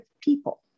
people